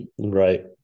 Right